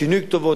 שינוי כתובות,